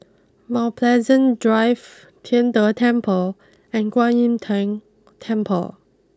Mount Pleasant Drive Tian De Temple and Kwan Im Tng Temple